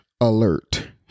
alert